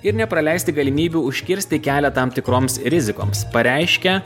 ir nepraleisti galimybių užkirsti kelią tam tikroms rizikoms pareiškė